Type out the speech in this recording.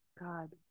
God